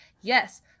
Yes